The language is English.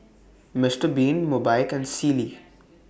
Mister Bean Mobike and Sealy